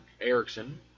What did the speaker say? Erickson